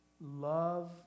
Love